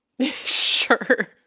sure